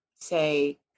say